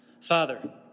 Father